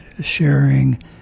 sharing